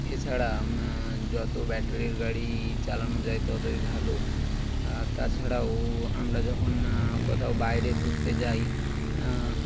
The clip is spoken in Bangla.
এছাড়া যত ব্যাটারির গাড়ি চালানো যায় ততই ভালো তাছাড়াও আমরা যখন কোথাও বাইরে ঘুুরতে যাই